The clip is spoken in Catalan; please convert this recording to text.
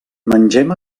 mengem